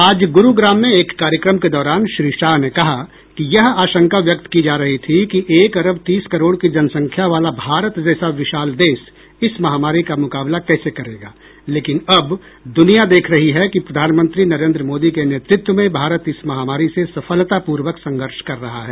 आज ग्रुग्राम में एक कार्यक्रम के दौरान श्री शाह ने कहा कि यह आशंका व्यक्त की जा रही थी कि एक अरब तीस करोड की जनसंख्या वाला भारत जैसा विशाल देश इस महामारी का मुकाबला कैसे करेगा लेकिन अब दुनिया देख रही है कि प्रधानमंत्री नरेन्द्र मोदी के नेतृत्व में भारत इस महामारी से सफलतापूर्वक संघर्ष कर रहा है